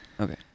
okay